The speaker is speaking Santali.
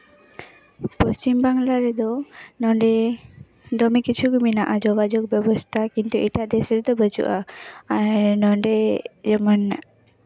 ᱯᱚᱪᱷᱤᱢ ᱵᱟᱝᱞᱟ ᱨᱮᱫᱚ ᱱᱚᱰᱮ ᱫᱚᱢᱮ ᱠᱤᱪᱷᱩ ᱜᱮ ᱢᱮᱱᱟᱜᱼᱟ ᱡᱳᱜᱟᱡᱚᱜᱽ ᱵᱮᱵᱚᱥᱛᱷᱟ ᱠᱤᱱᱛᱩ ᱮᱴᱟᱜ ᱫᱮᱥ ᱨᱮᱫᱚ ᱵᱟᱹᱪᱩᱜᱼᱟ ᱟᱨ ᱱᱚᱰᱮ ᱡᱮᱢᱚᱱ